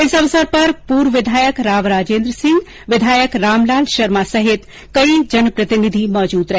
इस अवसर पर पूर्व विधायक राव राजेन्द्र सिंह विधायक रामलाल शर्मा सहित कई जनप्रतिनिधि मौजूद रहे